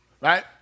right